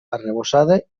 arrebossada